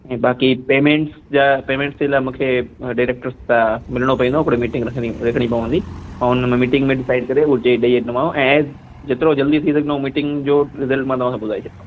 ऐं बाक़ी पेमेंट्स जा पेमेंट्स जे लाइ मुखे डैरेक्टर्स सां मिलिणो पवंदो हिकिड़ी मीटिंग रखिणी रखिणी पवंदी ऐं उन मीटिंग में डिसाईड करे उहो चेक ॾई वेंदोमाव ऐं जेतिरो जल्दी थी सघंदो मीटिंग जो रिज़ल्ट मां तव्हांखे ॿुधाए छॾींदोमाव